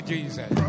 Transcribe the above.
Jesus